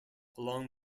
along